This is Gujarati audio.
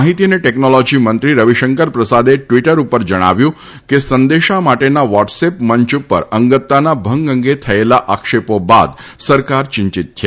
માહિતી અને ટેકનોલોજી મંત્રી રવિશંકર પ્રસાદે ટ્વિટર ઉપર જણાવ્યું છે કે સંદેશા માટેના વોટ્સએપ મંચ ઉપર અંગતતાના ભંગ અંગે થયેલા આક્ષેપો બાદ સરકાર ચિંતિત છે